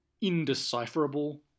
indecipherable